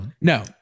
No